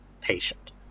patient